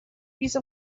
piece